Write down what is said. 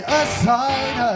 aside